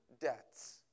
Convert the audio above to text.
debts